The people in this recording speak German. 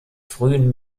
frühen